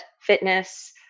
fitness